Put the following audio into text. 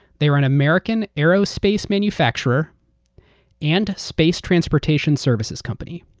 they're an american aerospace manufacturer and space transportation services company.